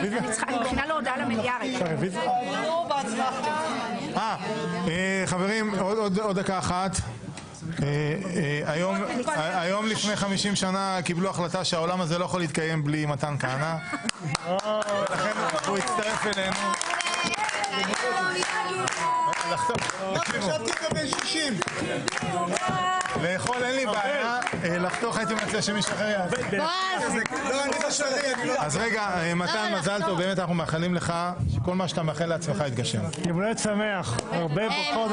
הישיבה ננעלה בשעה 18:00.